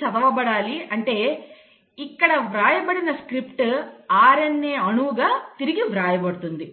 చదవబడాలి అంటే ఇక్కడ వ్రాయబడిన స్క్రిప్ట్ RNA అణువుగా తిరిగి వ్రాయబడుతుంది